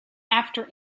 after